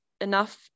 enough